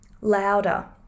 louder